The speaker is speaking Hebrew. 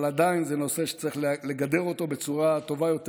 אבל עדיין זה נושא שצריך לגדר אותו בצורה טובה יותר,